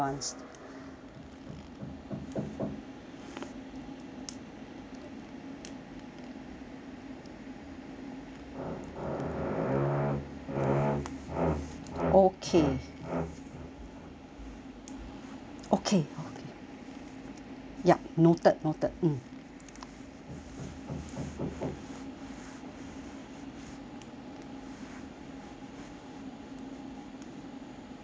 okay okay okay yup noted noted mm uh